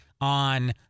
on